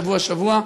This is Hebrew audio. שבוע-שבוע.